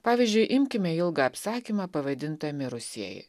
pavyzdžiui imkime ilgą apsakymą pavadintą mirusieji